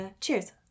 cheers